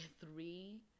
three